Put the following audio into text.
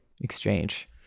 exchange